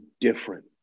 different